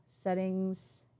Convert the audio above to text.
settings